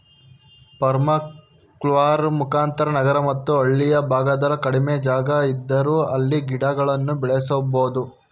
permaculture ಮುಖಾಂತರ ನಗರ ಮತ್ತು ಹಳ್ಳಿಯ ಭಾಗದಲ್ಲಿ ಕಡಿಮೆ ಜಾಗ ಇದ್ದರೂ ಅಲ್ಲಿ ಗಿಡಗಳನ್ನು ಬೆಳೆಸಬೋದು